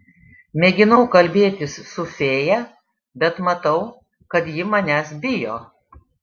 mėginau kalbėtis su fėja bet matau kad ji manęs bijo